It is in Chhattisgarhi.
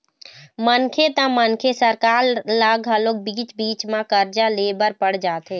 मनखे त मनखे सरकार ल घलोक बीच बीच म करजा ले बर पड़ जाथे